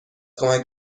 کمک